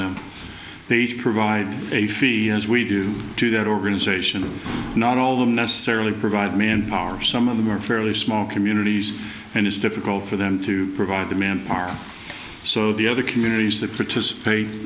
them they each provide a fee as we do to that organization not all of them necessarily provide manpower some of them are fairly small communities and it's difficult for them to provide the manpower so the other communities that participate